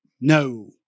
no